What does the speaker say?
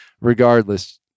regardless